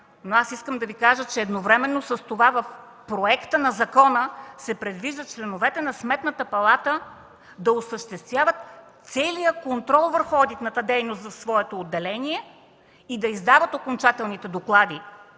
но искам да Ви кажа, че едновременно с това в проекта на закона се предвижда членовете на Сметната палата да осъществяват целия контрол върху одитната дейност за своето отделение и да издават окончателните доклади.